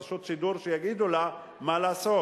רשות שידור שיגידו לה מה לעשות,